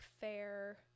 fair